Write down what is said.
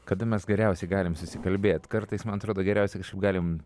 kada mes geriausiai galim susikalbėt kartais man atrodo geriausiai galim